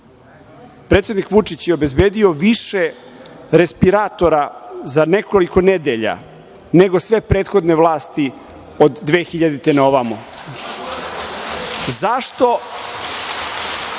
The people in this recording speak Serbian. Predsednik Vučić je obezbedio više respiratora za nekoliko nedelja nego sve prethodne vlasti od 2000. godine na ovamo. Zašto